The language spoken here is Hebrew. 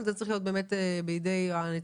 זה צריך להיות בידי הנציבות,